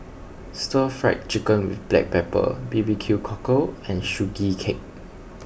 Stir Fried Chicken with Black Pepper B B Q Cockle and Sugee Cake